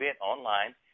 online